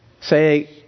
say